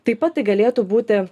taip pat tai galėtų būti